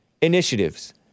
initiatives